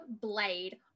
blade